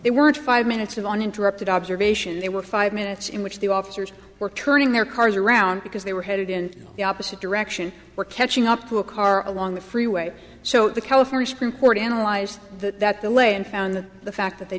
they weren't five minutes of uninterrupted observation there were five minutes in which the officers were turning their cars around because they were headed in the opposite direction or catching up to a car along the freeway so the california supreme court analyzed that that delay and found that the fact that they